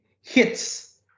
hits